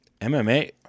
MMA